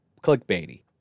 clickbaity